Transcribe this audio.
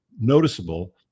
noticeable